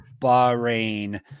Bahrain